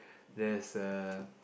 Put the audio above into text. there's a